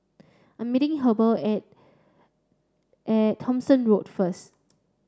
I'm meeting Heber at at Thomson Road first